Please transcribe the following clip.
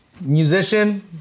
musician